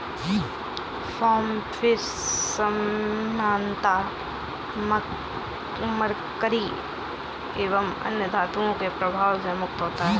farm fish सामान्यतः mercury एवं अन्य धातुओं के प्रभाव से मुक्त होता है